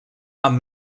amb